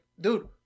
dude